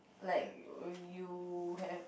like you have